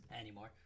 anymore